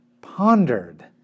pondered